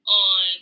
on